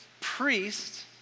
priest